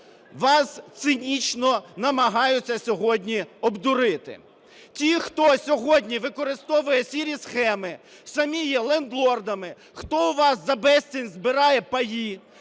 Вас цинічно намагаються сьогодні обдурити. Ті, хто сьогодні використовує "сірі" схеми, самі є лендлордами, хто у вас за безцінь збирає паї